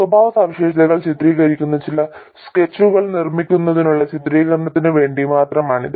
സ്വഭാവസവിശേഷതകൾ ചിത്രീകരിക്കുന്ന ചില സ്കെച്ചുകൾ നിർമ്മിക്കുന്നതിനുള്ള ചിത്രീകരണത്തിന് വേണ്ടി മാത്രമാണിത്